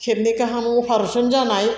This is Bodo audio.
खेबनै गाहाम अपारेश'न जानाय